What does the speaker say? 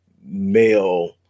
male